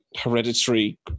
hereditary